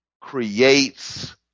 creates